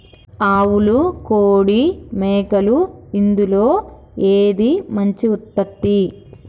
ఆవులు కోడి మేకలు ఇందులో ఏది మంచి ఉత్పత్తి?